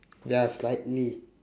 ya slightly